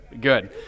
good